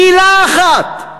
מילה אחת,